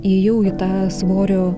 įėjau į tą svorio